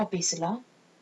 office